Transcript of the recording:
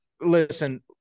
Listen